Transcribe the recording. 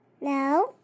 No